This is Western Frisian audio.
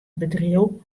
bedriuw